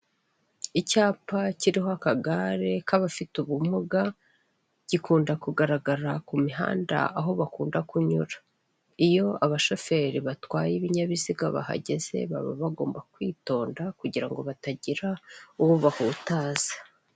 Icyapa kiriho akagare ka abafite ubumuga gikunda kugaragara ku mihinda aho bakunda kunyura iyo abashoferi batwaye ibinyabiziga bahageze bagomba kugabanya umuvuduko kugira ngo batagira uwo bahutaza.